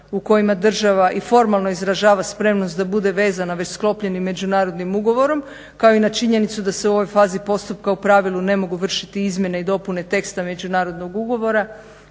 u kojima država i formalno izražava spremnost da bude vezana već sklopljenim međunarodnim ugovorom kao i na činjenicu da se u ovoj fazi postupka u pravilu ne mogu vršiti izmjene i dopune teksta međunarodnog ugovora,